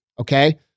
okay